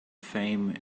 fame